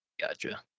gotcha